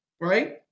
right